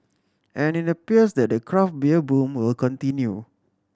and it appears that the craft beer boom will continue